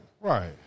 Right